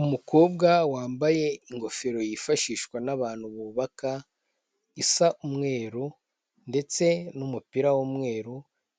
Umukobwa wambaye ingofero yifashishwa n'abantu bubaka, isa umweru ndetse n'umupira w'umweru